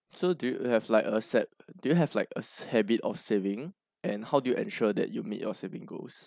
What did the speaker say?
so do you have like a set do you have like a habit of saving and how do you ensure that you meet your saving goals